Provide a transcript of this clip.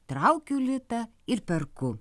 traukiu litą ir perku